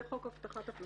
זה חוק הבטחת הכנסה.